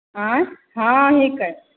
आएँ हँ हिकै